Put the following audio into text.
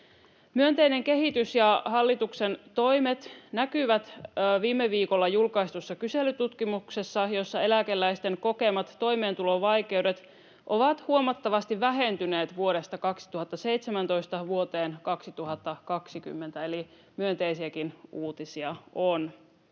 Myönteinen kehitys ja hallituksen toimet näkyvät viime viikolla julkaistussa kyselytutkimuksessa, jossa eläkeläisten kokemat toimeentulovaikeudet ovat huomattavasti vähentyneet vuodesta 2017 vuoteen 2020, eli myönteisiäkin uutisia on.